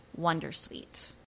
wondersuite